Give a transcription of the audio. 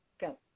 go